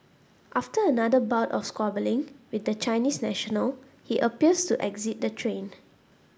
after another bout of squabbling with the Chinese national he appears to exit the train